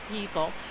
people